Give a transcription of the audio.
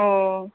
ꯑꯣ